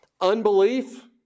unbelief